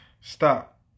stop